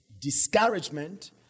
discouragement